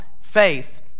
faith